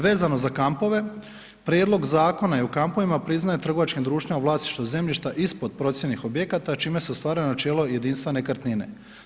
Vezano za kampove, prijedlog zakona i u kampovima priznaje trgovačkim društvima vlasništvo zemljišta ispod procijenjenih objekata čime se ostvaruje načelo jedinstva nekretnine.